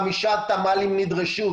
חמש טיוטות בה"תים נדרשו.